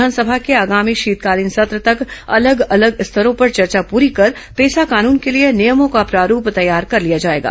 विधानसभा के आगामी शीतकालीन सत्र तक अलग अलग स्तरों पर चर्चा पूरी कर पेसा कानून के लिए नियमों का प्रारूप तैयार कर लिया जाएगा